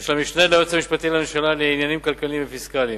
ושל המשנה ליועץ המשפטי לממשלה לעניינים כלכליים ופיסקליים,